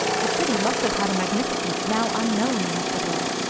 the city must have had a magnificence now unknown in ecuador.